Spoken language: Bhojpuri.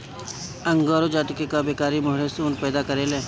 अंगोरा जाति कअ बकरी मोहेर ऊन पैदा करेले